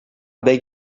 beg